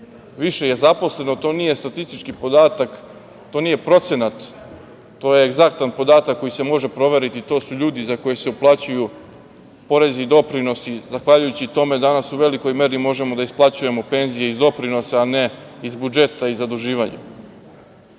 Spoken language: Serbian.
više je zaposleno. To nije statistički podatak, to nije procenat, to je egzaktan podatak koji se može proveriti. To su ljudi za koje se uplaćuju porezi i doprinosi. Zahvaljujući tome danas u velikoj meri možemo da isplaćujemo penzije iz doprinosa, a ne iz budžeta i zaduživanja. Rekao